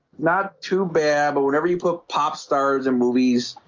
not too bad but whatever you put pop stars and movies